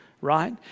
right